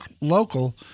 local